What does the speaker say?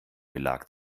belag